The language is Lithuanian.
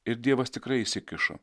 ir dievas tikrai įsikišo